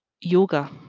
yoga